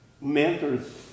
mentors